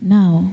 now